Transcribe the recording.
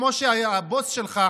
כמו שהבוס שלך,